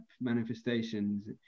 manifestations